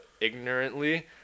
ignorantly